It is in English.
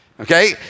okay